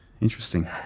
Interesting